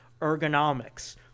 ergonomics